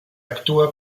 actua